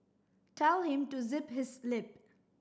tell him to zip his lip